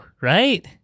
right